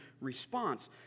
response